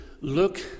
look